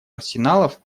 арсеналов